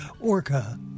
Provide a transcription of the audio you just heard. Orca